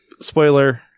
spoiler